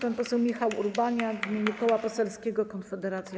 Pan poseł Michał Urbaniak w imieniu Koła Poselskiego Konfederacja.